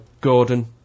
gordon